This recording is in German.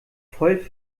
voll